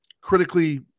critically